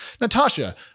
Natasha